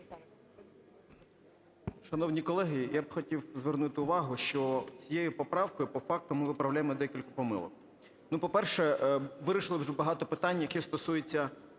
Шановні колеги, я б хотів звернути увагу, що цією поправкою по факту ми виправляємо декілька помилок. Ну, по-перше, вирішили дуже багато питань, які стосуються,